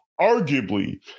arguably